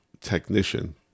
technician